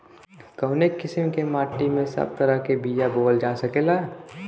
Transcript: कवने किसीम के माटी में सब तरह के बिया बोवल जा सकेला?